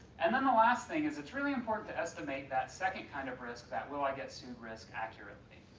and then the last thing, it's it's really important to estimate that second kind of risk, that will i get sued risk, accurately.